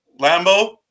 lambo